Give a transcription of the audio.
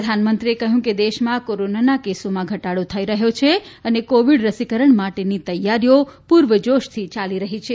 પ્રધાનમંત્રીએ કહ્યું કે દેશમાં કોરોનાના કેસોમાં ઘટાડો થઇ રહ્યો છે અને કોવિડ રસીકરણ માટેની તૈયારીઓ પૂરજોશથી યાલી રહી છે